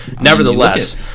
Nevertheless